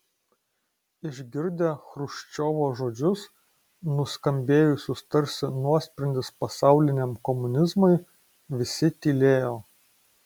išgirdę chruščiovo žodžius nuskambėjusius tarsi nuosprendis pasauliniam komunizmui visi tylėjo